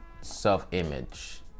self-image